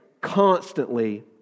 constantly